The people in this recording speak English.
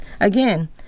Again